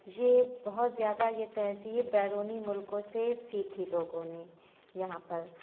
یہ بہت زیادہ یہ تہذیب بیرونی ملکوں سے سیکھی لوگوں نے یہاں پر